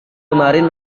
kemarin